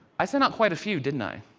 i sent out quite a few, didn't i?